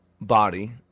body